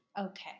Okay